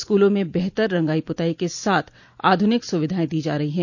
स्कूलों में बेहतर रंगाई पुताई के साथ आधुनिक सुविधाएं दी जा रही हैं